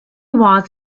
was